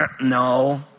No